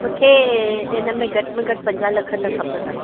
मूंखे हिन में घटि में घटि पंजाह लख त खपंदा